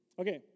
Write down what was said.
Okay